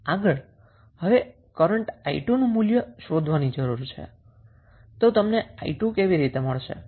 આગળ હવે આપણે કરન્ટ 𝑖2 નું મૂલ્ય શોધવાની જરૂર છે તો તમને 𝑖2 કેવી રીતે મળશે